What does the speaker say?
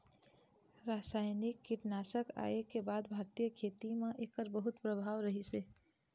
रासायनिक कीटनाशक आए के बाद भारतीय खेती म एकर बहुत प्रभाव रहीसे